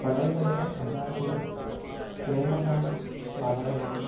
कॾहिं कॾहिं असांखे प्रेम सां ॻाल्हाइणु खपे